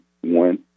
one